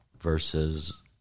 versus